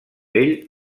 ell